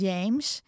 James